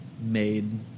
made